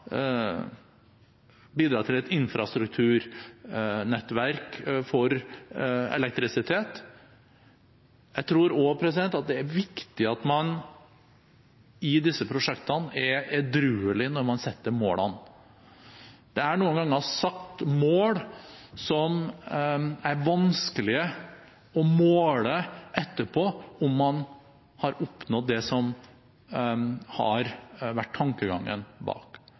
til et infrastrukturnettverk for elektrisitet. Jeg tror også at det er viktig at man i disse prosjektene er edruelig når man setter målene. Det er noen ganger satt mål som er vanskelige å måle etterpå, måle om man har oppnådd det som har vært tankegangen bak.